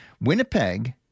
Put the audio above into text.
Winnipeg